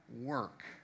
work